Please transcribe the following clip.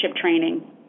training